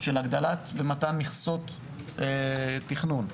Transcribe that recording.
יש מתן מכסות תכנון.